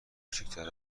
کوچیکتر